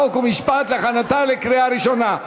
חוק ומשפט להכנתה לקריאה ראשונה.